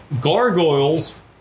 Gargoyles